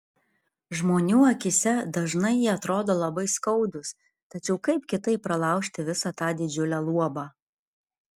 žmonių akyse dažnai jie atrodo labai skaudūs tačiau kaip kitaip pralaužti visa tą didžiulę luobą